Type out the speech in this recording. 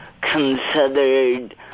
considered